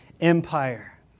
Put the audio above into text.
Empire